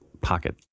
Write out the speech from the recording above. pocket